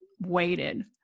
waited